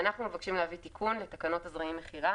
אנחנו מבקשים תיקון לתקנות הזרעים (מכירה).